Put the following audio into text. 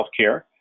healthcare